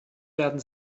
werden